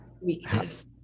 weakness